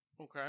Okay